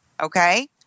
Okay